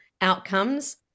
outcomes